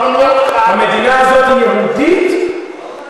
לחיות במדינה שהיא לא תהיה דמוקרטית.